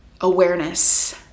Awareness